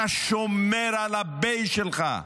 אתה שומר על הבייס שלך,